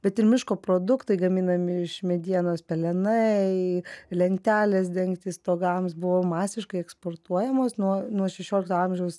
bet ir miško produktai gaminami iš medienos pelenai lentelės dengti stogams buvo masiškai eksportuojamos nuo nuo šešiolikto amžiaus